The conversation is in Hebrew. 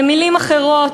במילים אחרות,